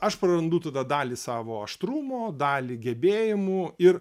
aš prarandu tada dalį savo aštrumo dalį gebėjimų ir